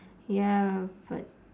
ya but